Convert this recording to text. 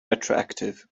retroactive